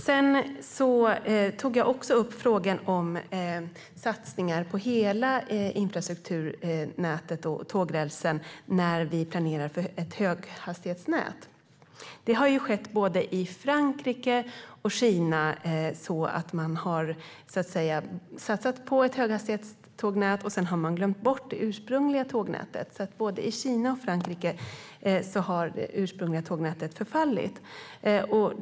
Jag tog också upp frågan om satsningar på hela infrastrukturnätet och tågrälsen när vi planerar för ett höghastighetsnät. Både i Frankrike och i Kina har man satsat på ett höghastighetstågnät, och sedan har man glömt bort det ursprungliga tågnätet. Både i Kina och i Frankrike har det ursprungliga tågnätet förfallit.